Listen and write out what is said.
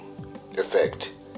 effect